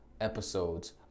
episodes